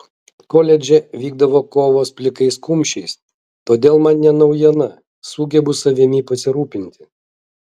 koledže vykdavo kovos plikais kumščiais todėl man ne naujiena sugebu savimi pasirūpinti